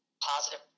positive